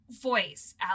voice